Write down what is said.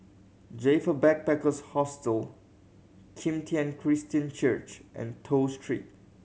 Joyfor Backpackers' Hostel Kim Tian Christian Church and Toh Street